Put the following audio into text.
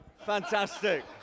Fantastic